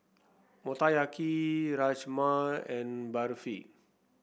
Motoyaki Rajma and Barfi